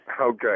Okay